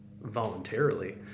voluntarily